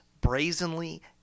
brazenly